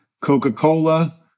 Coca-Cola